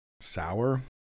sour